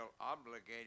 obligated